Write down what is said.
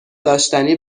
داشتی